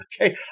Okay